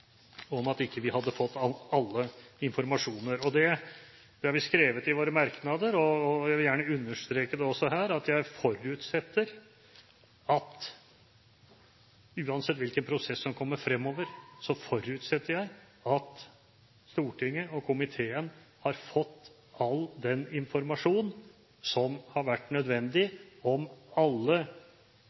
om at vi ikke hadde fått alle informasjoner. Det har vi skrevet i våre merknader. Jeg vil gjerne også understreke at jeg forutsetter at uansett hvilken prosess som kommer fremover, forutsetter jeg at Stortinget og komiteen har fått all den informasjonen som har vært nødvendig, om alle